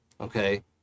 Okay